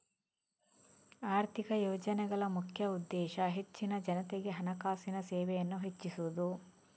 ಆರ್ಥಿಕ ಯೋಜನೆಗಳ ಮುಖ್ಯ ಉದ್ದೇಶ ಹೆಚ್ಚಿನ ಜನತೆಗೆ ಹಣಕಾಸಿನ ಸೇವೆಯನ್ನ ಹೆಚ್ಚಿಸುದು